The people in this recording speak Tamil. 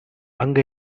அங்க